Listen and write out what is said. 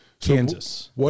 Kansas